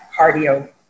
cardio